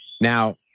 Now